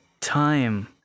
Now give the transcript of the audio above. time